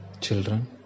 children